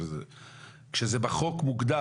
כשזה בחוק מוגדר.